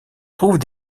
trouvent